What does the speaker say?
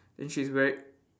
and she's weari~